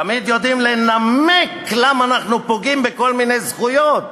תמיד יודעים לנמק למה אנחנו פוגעים בכל מיני זכויות,